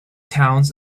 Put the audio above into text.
towns